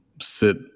sit